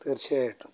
തീർച്ചയായിട്ടും